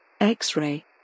X-Ray